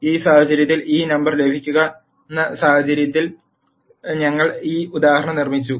ഈ സാഹചര്യത്തിൽ ഈ നമ്പർ ലഭിക്കുന്ന തരത്തിൽ ഞങ്ങൾ ഈ ഉദാഹരണം നിർമ്മിച്ചു